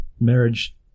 Marriage